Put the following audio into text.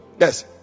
Yes